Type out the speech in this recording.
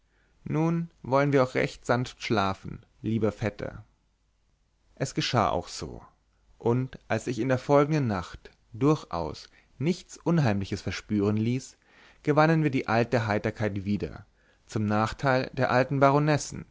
nun wollen wir auch recht sanft schlafen lieber vetter es geschah auch so und als sich in der folgenden nacht durchaus nichts unheimliches verspüren ließ gewannen wir die alte heiterkeit wieder zum nachteil der alten